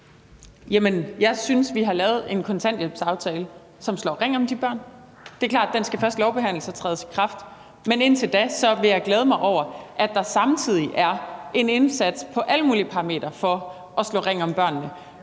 Jeg synes, vi har lavet en kontanthjælpsaftale, som slår ring om de børn. Det er klart, at den først skal lovbehandles og træde i kraft, men indtil da vil jeg glæde mig over, at der samtidig er en indsats på alle mulige parametre for at slå ring om børnene,